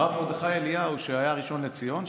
הרב מרדכי אליהו שהיה הראשון לציון,